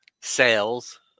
Sales